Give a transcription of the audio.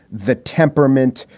the temperament,